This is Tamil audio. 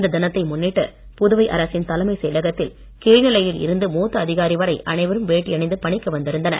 இந்த தினத்தை முன்னிட்டு புதுவை அரசின் தலைமைச் செயலகத்தில் கீழ்நிலையில் இருந்து மூத்த அதிகாரி வரை அனைவரும் வேட்டி அணிந்து பணிக்கு வந்திருந்தனர்